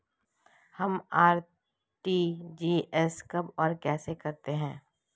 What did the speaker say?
हम आर.टी.जी.एस कब और कैसे करते हैं?